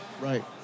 Right